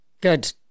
Good